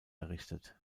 errichtet